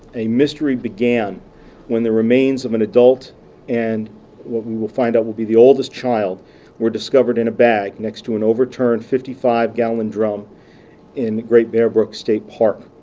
a mystery began when the remains of an adult and what we will found out will be the oldest child were discovered in a bag next to an overturned fifty five gallon drum in great bear brook state park.